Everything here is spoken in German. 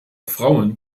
frauen